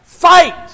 fight